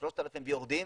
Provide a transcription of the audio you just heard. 3,000 ויורדים,